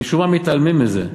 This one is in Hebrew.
משום מה מתעלמים מזה.